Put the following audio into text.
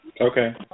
Okay